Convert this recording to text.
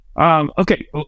Okay